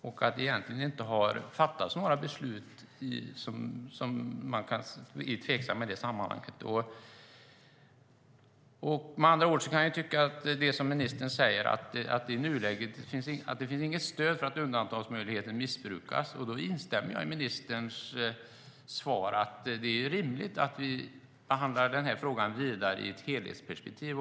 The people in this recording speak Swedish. Det har egentligen inte fattats några beslut som är tveksamma i det sammanhanget. Med andra ord gäller det som ministern säger. Det finns i nuläget inget stöd för att undantaget missbrukas. Jag instämmer i ministerns svar att det är rimligt att vi behandlar frågan vidare i ett helhetsperspektiv.